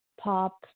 pop